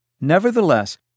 Nevertheless